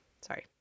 Sorry